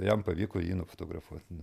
jam pavyko jį nufotografuot